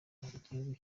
gihugu